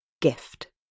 Gift